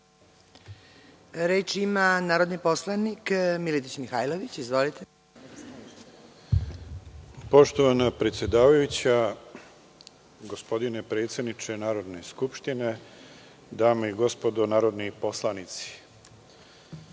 Reč ima narodni poslanik Miletić Mihajlović. **Miletić Mihajlović** Poštovana predsedavajuća, gospodine predsedniče Narodne skupštine, dame i gospodo narodni poslanici,